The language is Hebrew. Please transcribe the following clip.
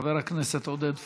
חבר הכנסת עודד פורר.